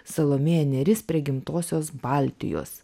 salomėja nėris prigimtosios baltijos